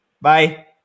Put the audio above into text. Bye